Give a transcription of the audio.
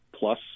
plus